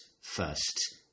first